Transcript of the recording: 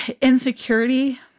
insecurity